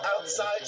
outside